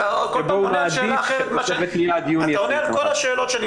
שבו הוא מעדיף ש --- אתה עונה על כל השאלות שאני